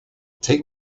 take